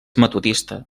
metodista